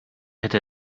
hätte